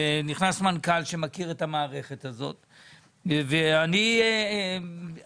נכנס מנכ"ל שמכיר את המערכת ואני מוכן